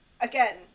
again